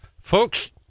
Folks